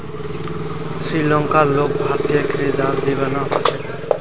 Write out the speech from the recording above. श्रीलंकार लोग भारतीय खीरार दीवाना ह छेक